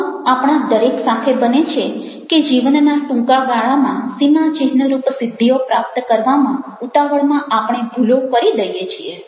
આવું આપણા દરેક સાથે બને છે કે જીવનના ટૂંકા ગાળામાં સીમાચિહ્નરૂપ સિદ્ધિઓ પ્રાપ્ત કરવામાં ઉતાવળમાં આપણે ભૂલો કરી દઈએ છીએ